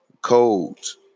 Codes